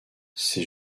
ces